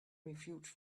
refuge